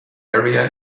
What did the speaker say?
area